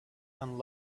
and